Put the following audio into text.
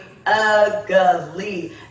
ugly